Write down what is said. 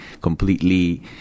completely